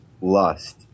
lust